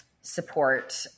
support